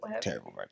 Terrible